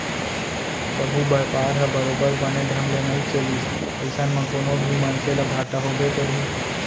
कभू बयपार ह बरोबर बने ढंग ले नइ चलिस अइसन म कोनो भी मनसे ल घाटा होबे करही